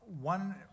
One